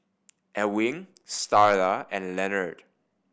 Ewing Starla and Lenard